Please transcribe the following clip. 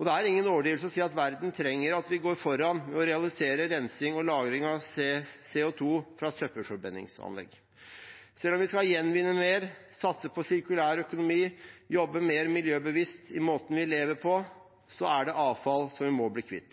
Det er ingen overdrivelse å si at verden trenger at vi går foran og realiserer rensing og lagring av CO 2 fra søppelforbrenningsanlegg. Selv om vi skal gjenvinne mer, satse på sirkulær økonomi, jobbe mer miljøbevisst i måten vi lever på, så er det avfall som vi må bli kvitt.